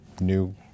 new